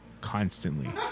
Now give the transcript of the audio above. constantly